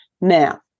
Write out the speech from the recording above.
Now